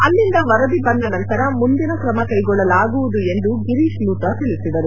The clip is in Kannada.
ಅಲ್ಲಿಂದ ವರದಿ ಬಂದ ನಂತರ ಮುಂದಿನ ಕ್ರಮ ಕೈಗೊಳ್ಳಲಾಗುವುದು ಎಂದು ಗಿರೀಶ್ ಲೂಥ್ರಾ ತಿಳಿಸಿದರು